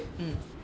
um